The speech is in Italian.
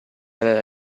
aveva